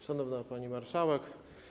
Szanowna Pani Marszałek!